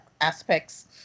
aspects